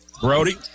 Brody